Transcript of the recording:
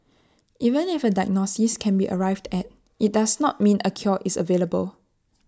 even if A diagnosis can be arrived at IT does not mean A cure is available